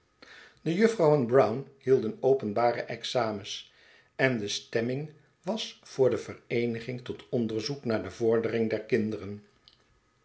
de juffrouwen brown hielden openbare examens en de stemming was voor de vereeniging tot onderzoek naar de vorderingen der kinderen